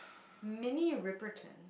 mini repetion